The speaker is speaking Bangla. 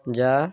যা